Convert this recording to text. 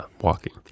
walking